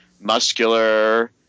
muscular